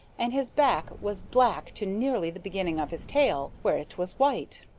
and his back was black to nearly the beginning of his tail, where it was white.